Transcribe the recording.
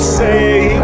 say